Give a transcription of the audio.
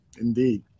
Indeed